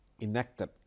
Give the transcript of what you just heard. enacted